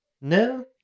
No